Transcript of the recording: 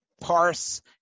parse